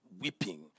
weeping